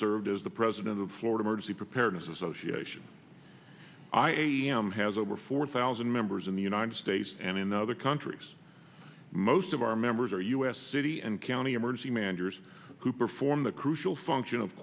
served as the president of florida emergency preparedness association i am has over four thousand members in the united states and in other countries most of our members are u s city and county emergency managers who perform the crucial function of